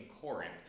Corinth